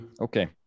Okay